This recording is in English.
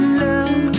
love